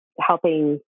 helping